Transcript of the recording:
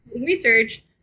research